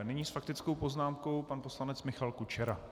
Nyní s faktickou poznámkou pan poslanec Michal Kučera.